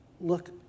look